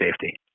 safety